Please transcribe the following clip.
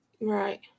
Right